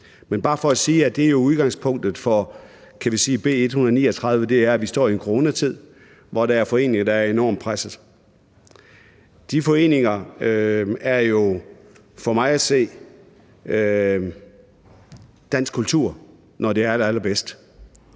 er bare for at sige, at udgangspunktet for B 139 er, at vi står i en coronatid, hvor der er foreninger, der er enormt pressede. De foreninger er jo for mig at se dansk kultur, når det er allerallerbedst.